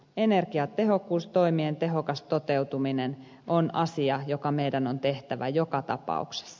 energiatehokkuustoimien tehokas toteutuminen on asia joka meidän on tehtävä joka tapauksessa